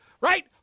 right